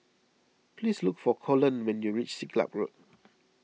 please look for Colon when you reach Siglap Road